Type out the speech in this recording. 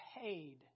paid